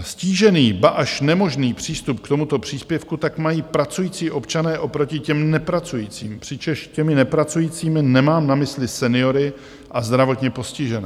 Ztížený, ba až nemožný přístup k tomuto příspěvku tak mají pracující občané oproti těm nepracujícím, přičemž těmi nepracujícími nemám na mysli seniory a zdravotně postižené.